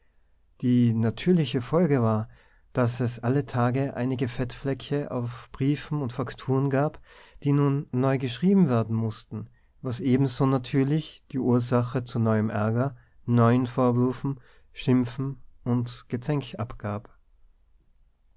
die natürliche folge war daß es alle tage einige fettflecke auf briefen und fakturen gab die nun neu geschrieben werden mußten was ebenso natürlich die ursache zu neuem ärger neuen vorwürfen schimpfen und gezänk abgab